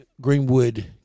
Greenwood